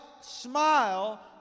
smile